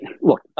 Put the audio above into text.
look